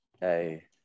Hey